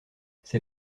ces